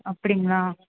அப்படிங்களா